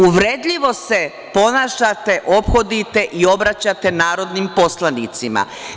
Uvredljivo se ponašate, ophodite i obraćate narodnim poslanicima.